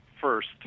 first